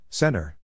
Center